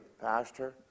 Pastor